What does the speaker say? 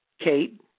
Kate